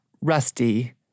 rusty